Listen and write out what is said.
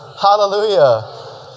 Hallelujah